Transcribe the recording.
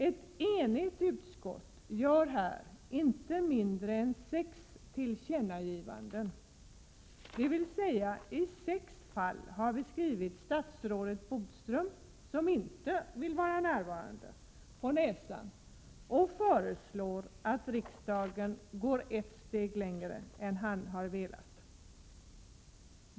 Ett enigt utskott gör inte mindre än sex tillkännagivanden — dvs. i sex fall har vi slagit statsrådet Bodström — som inte vill vara närvarande — på fingrarna och föreslår att riksdagen går ett steg längre än vad han har velat göra.